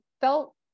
felt